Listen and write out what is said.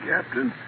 Captain